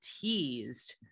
teased